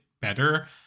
better